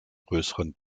größeren